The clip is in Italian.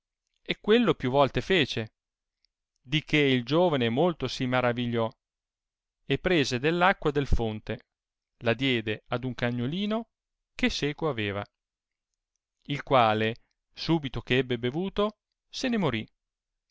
e quello più volte fece di che il giovane molto si maravegliò e presa dell acqua del fonte la diede ad un cagnolino che seco aveva il quale subito che ebbe bevuto se ne mori